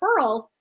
referrals